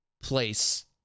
place